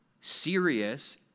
serious